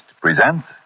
presents